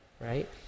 right